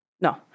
no